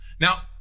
Now